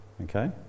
Okay